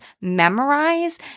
memorize